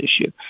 issue